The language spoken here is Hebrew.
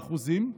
באחוזים,